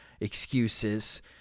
excuses